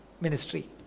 ministry